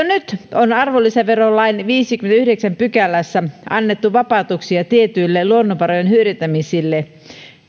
nyt on arvonlisäverolain viidennessäkymmenennessäyhdeksännessä pykälässä annettu vapautuksia tietyille luonnonvarojen hyödyntämisille